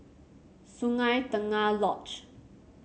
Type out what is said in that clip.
Sungei Tengah Lodge